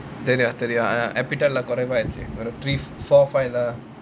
தெரியும் தெரியும்:theriyum theriyum appetite lah correct lah got three four five lah